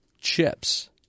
chips